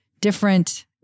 different